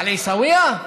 על עיסאוויה?